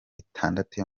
itandatu